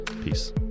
Peace